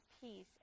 peace